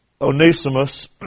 Onesimus